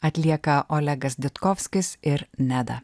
atlieka olegas ditkovskis ir neda